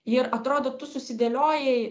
ir atrodo tu susidėliojai